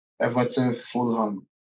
Everton-Fulham